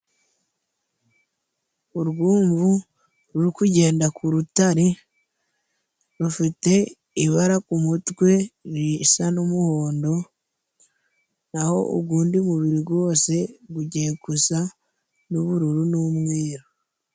Urwumvu ruri kugenda ku rutare, rufite ibara ku mutwe risa n'umuhondo, n'aho undi mubiri wose ugiye gusa n'ubururu n'umweru.